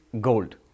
gold